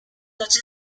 such